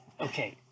Okay